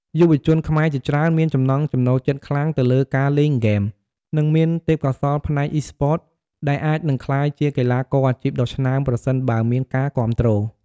យុវជនខ្មែរជាច្រើនមានចំណង់ចំណូលចិត្តខ្លាំងទៅលើការលេងហ្គេម និងមានទេពកោសល្យផ្នែក Esports ដែលអាចនឹងក្លាយជាកីឡាករអាជីពដ៏ឆ្នើមប្រសិនបើមានការគាំទ្រ។